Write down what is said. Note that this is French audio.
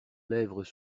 lèvres